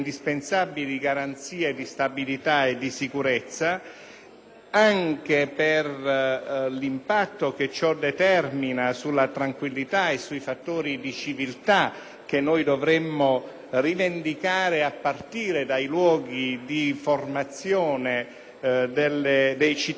anche per l'impatto che ciò determina sulla tranquillità e sui fattori di civiltà che noi dovremmo rivendicare a partire dai luoghi di formazione dei cittadini del domani, di trasmissione della conoscenza e del sapere.